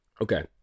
Okay